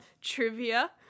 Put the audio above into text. trivia